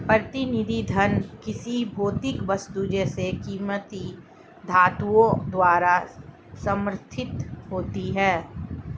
प्रतिनिधि धन किसी भौतिक वस्तु जैसे कीमती धातुओं द्वारा समर्थित होती है